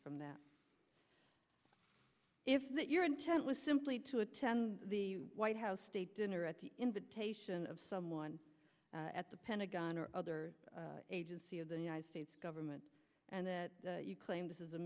from that if that your intent was simply to attend the white house state dinner at the invitation of someone at the pentagon or other agency of the united states government and that you claim this is a